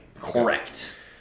correct